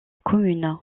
commune